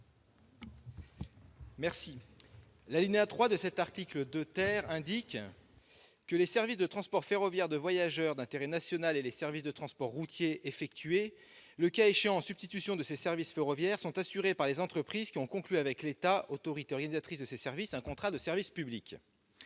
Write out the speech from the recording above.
de l'alinéa 3 de l'article 2 ,« les services de transport ferroviaire de voyageurs d'intérêt national et les services de transport routier effectués, le cas échéant, en substitution de ces services ferroviaires » sont assurés par les entreprises ayant conclu avec l'État, autorité organisatrice, un contrat de service public.